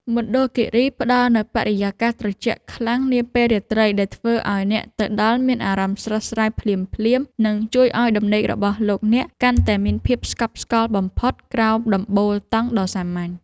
មណ្ឌលគីរីផ្តល់នូវបរិយាកាសត្រជាក់ខ្លាំងនាពេលរាត្រីដែលធ្វើឱ្យអ្នកទៅដល់មានអារម្មណ៍ស្រស់ស្រាយភ្លាមៗ និង ជួយឱ្យដំណេករបស់លោកអ្នកកាន់តែមានភាពស្កប់ស្កល់បំផុតក្រោមដំបូលតង់ដ៏សាមញ្ញ។